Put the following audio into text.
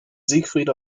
siegfried